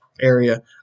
area